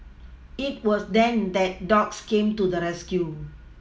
it was then that dogs came to the rescue